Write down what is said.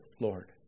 Lord